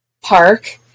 park